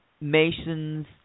Mason's